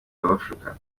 ababashuka